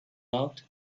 out